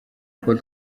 paul